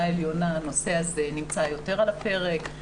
העליונה הנושא הזה נמצא יותר על הפרק.